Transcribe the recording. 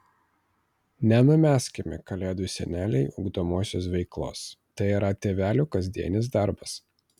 nenumeskime kalėdų seneliui ugdomosios veiklos tai yra tėvelių kasdienis darbas